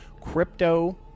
Crypto